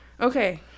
Okay